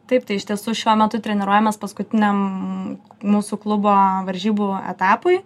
taip tai iš tiesų šiuo metu treniruojamės paskutiniam mūsų klubo varžybų etapui